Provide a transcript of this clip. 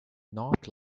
not